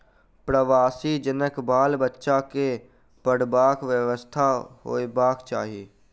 प्रवासी जनक बाल बच्चा के पढ़बाक व्यवस्था होयबाक चाही